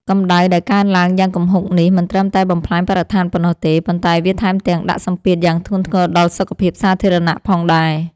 កម្ដៅដែលកើនឡើងយ៉ាងគំហុកនេះមិនត្រឹមតែបំផ្លាញបរិស្ថានប៉ុណ្ណោះទេ ប៉ុន្តែវាថែមទាំងដាក់សម្ពាធយ៉ាងធ្ងន់ធ្ងរដល់សុខភាពសាធារណៈផងដែរ។